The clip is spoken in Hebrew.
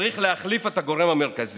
צריך להחליף את הגורם המרכזי.